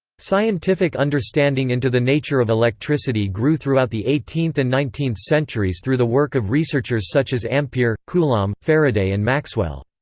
scientific understanding into the nature of electricity grew throughout the eighteenth and nineteenth centuries through the work of researchers such as ampere, coulomb, faraday and maxwell.